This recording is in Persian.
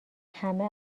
همه